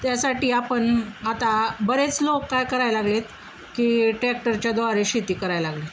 त्यासाठी आपण आता बरेच लोक काय करायला लागले आहेत की टॅक्टरच्याद्वारे शेती करायला लागले आहेत